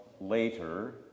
later